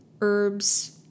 herbs